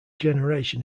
generation